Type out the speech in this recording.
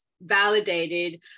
validated